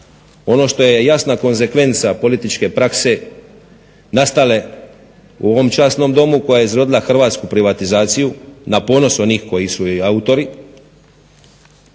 ono što je jasna konsekvenca političke prakse nastale u ovom časnom Domu koja je izrodila hrvatsku privatizaciju na ponos onih koji su joj i autori.